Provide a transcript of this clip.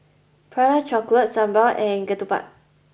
Prata Chocolate Sambal and Ketupat